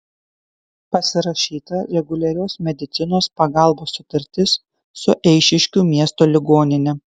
pasirašyta reguliarios medicinos pagalbos sutartis su eišiškių miesto ligonine